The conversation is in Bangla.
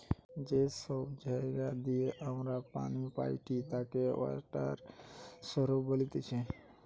যে সব জায়গা দিয়ে আমরা পানি পাইটি তাকে ওয়াটার সৌরস বলতিছে